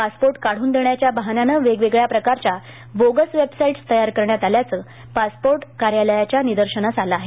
passport काढन देण्याच्या बहाण्याने वेगवेगळ्या प्रकारच्या बोगस वेबसाईटस् तयार करण्यात आल्याचे पासपोर्ट कार्यालयाच्या निदर्शनास आले आहे